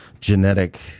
genetic